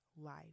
life